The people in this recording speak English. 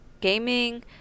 gaming